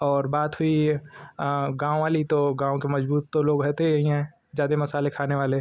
और बात हुई गाँव वाली तो गाँव के मजबूत तो लोग हैते ही हैं जादे मसाले खाने वाले